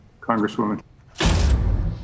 Congresswoman